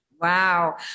Wow